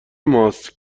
ماست